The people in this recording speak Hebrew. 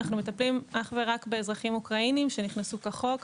אנחנו מטפלים אך ורק באזרחים אוקראינים שנכנסו כחוק,